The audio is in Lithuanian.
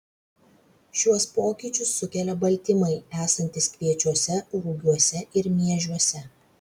šiuos pokyčius sukelia baltymai esantys kviečiuose rugiuose ir miežiuose